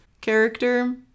character